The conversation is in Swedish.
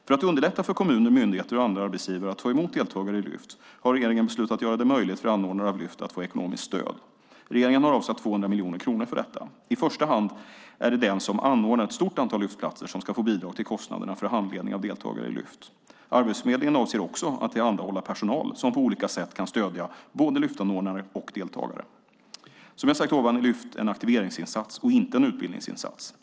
För att underlätta för kommuner, myndigheter och andra arbetsgivare att ta emot deltagare i Lyft har regeringen beslutat att göra det möjligt för anordnare av Lyft att få ekonomiskt stöd. Regeringen har avsatt 200 miljoner kronor för detta. I första hand är det den som anordnar ett stort antal Lyftplatser som ska få bidrag till kostnaderna för handledning av deltagare i Lyft. Arbetsförmedlingen avser också att tillhandahålla personal som på olika sätt kan stödja både Lyftanordnare och Lyftdeltagare. Som jag sagt är Lyft en aktiveringsinsats och inte en utbildningsinsats.